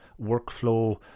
workflow